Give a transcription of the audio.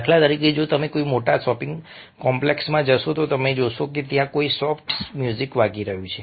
દાખલા તરીકે જો તમે કોઈ મોટા શોપિંગ કોમ્પ્લેક્સમાં જશો તો તમે જોશો કે ત્યાં કોઈ સોફ્ટ મ્યુઝિક વાગી રહ્યું છે